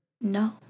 no